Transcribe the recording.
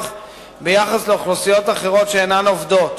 ביחס לאוכלוסיות אחרות שאינן עובדות.